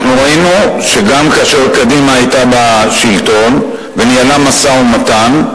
אנחנו ראינו שגם כאשר קדימה היתה בשלטון וניהלה משא-ומתן,